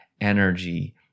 energy